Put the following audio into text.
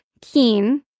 keen